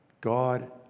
God